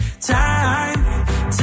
Time